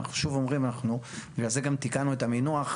אנחנו שוב אומרים, בגלל זה גם תיקנו את המינוח.